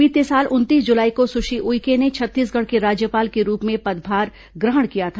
बीते साल उनतीस जुलाई को सुश्री उइके ने छत्तीसगढ़ के राज्यपाल के रूप में पदभार ग्रहण किया था